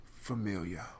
familiar